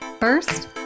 First